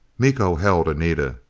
miko held anita,